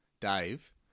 Dave